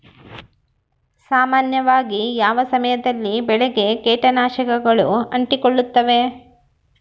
ಸಾಮಾನ್ಯವಾಗಿ ಯಾವ ಸಮಯದಲ್ಲಿ ಬೆಳೆಗೆ ಕೇಟನಾಶಕಗಳು ಅಂಟಿಕೊಳ್ಳುತ್ತವೆ?